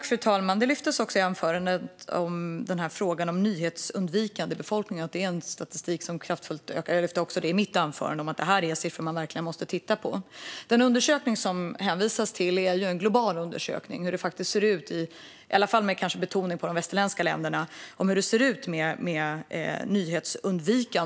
Fru talman! I anförandet lyftes också frågan om nyhetsundvikande befolkning, som enligt statistiken kraftfullt ökar. Jag lyfte också fram i mitt anförande att det här är siffror som man verkligen måste titta på. Den undersökning som hänvisas till är en global undersökning av hur det faktiskt ser ut med nyhetsundvikandet, i alla fall med betoning på de västerländska länderna.